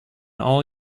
all